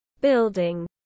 building